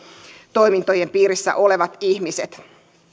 toimintojen piirissä olevat ihmiset